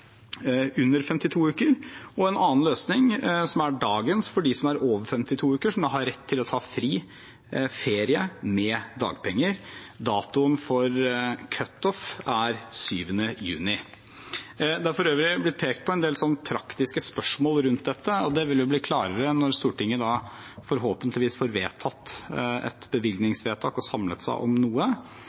over 52 uker, som har rett til å ta fri, ferie med dagpenger. Datoen for «cut-off» er 7. juni. Det er for øvrig blitt pekt på en del praktiske spørsmål rundt dette, og det vil bli klarere når Stortinget forhåpentligvis får vedtatt et bevilgningsvedtak og samlet seg om noe.